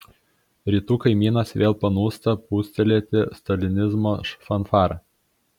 rytų kaimynas vėl panūsta pūstelėti stalinizmo fanfarą